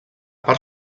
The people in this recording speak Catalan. part